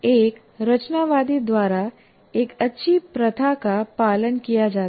एक रचनावादी द्वारा एक अच्छी प्रथा का पालन किया जाता है